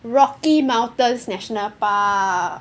Rocky Mountains national park